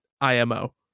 IMO